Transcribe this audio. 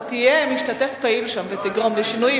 אתה תהיה משתתף פעיל שם ותגרום לשינויים,